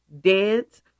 Dance